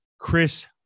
Chris